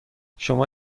شما